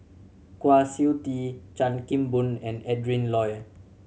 Kwa Siew Tee Chan Kim Boon and Adrin Loi